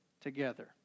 together